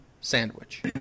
sandwich